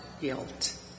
guilt